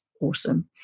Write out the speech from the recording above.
awesome